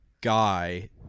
guy